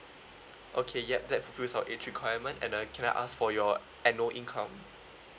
okay yup that fulfils our age requirement and uh can I ask for your annual income